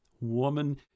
Woman